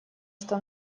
что